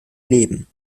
leben